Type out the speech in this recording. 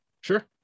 Sure